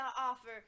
offer